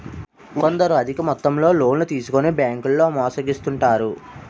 కొందరు అధిక మొత్తంలో లోన్లు తీసుకొని బ్యాంకుల్లో మోసగిస్తుంటారు